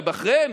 ובחריין,